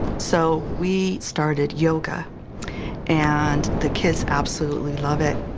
so, we started yoga and the kids absolutely love it.